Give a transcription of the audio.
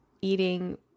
eating